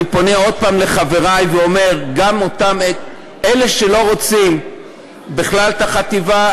אני פונה עוד פעם לחברי ואומר: אלה שלא רוצים בכלל את החטיבה,